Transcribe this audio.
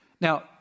Now